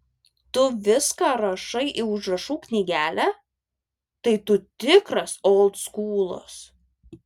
tu viską rašai į užrašų knygelę tai tu tikras oldskūlas